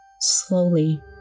Slowly